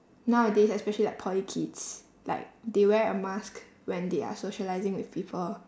nowadays especially like poly kids like they wear a mask when they are socialising with people